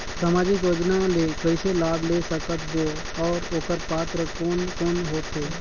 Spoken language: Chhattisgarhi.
समाजिक योजना ले कइसे लाभ ले सकत बो और ओकर पात्र कोन कोन हो थे?